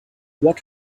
what